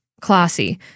Classy